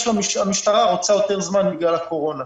המשטרה רוצה יותר זמן בגלל הקורונה.